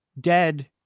dead